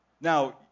Now